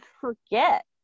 forget